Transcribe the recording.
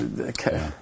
okay